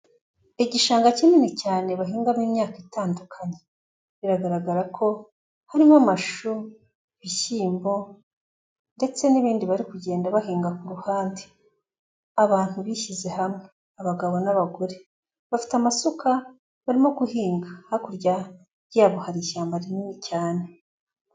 Igishanga kinini cyane bahingamo imyaka itandukanye. Biragaragara ko harimo amashu, ibishyimbo ndetse n'ibindi bari kugenda bahinga ku ruhande. Abantu bishyize hamwe. Abagabo n'abagore. Bafite amasuka barimo guhinga. Hakurya yabo hari ishyamba rinini cyane.